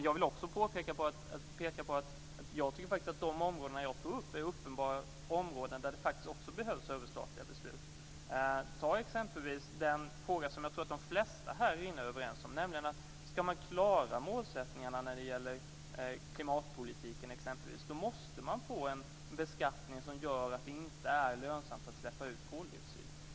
Jag vill också peka på att jag faktiskt tycker att de områden som jag tog upp är områden där det uppenbarligen behövs överstatliga beslut. Man kan exempelvis ta en fråga som jag tror att de flesta här inne är överens om, nämligen att ska man klara målsättningen när det gäller exempelvis klimatpolitiken måste man få en beskattning som gör att det inte är lönsamt att släppa ut koldioxid.